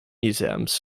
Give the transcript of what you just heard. museums